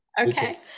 Okay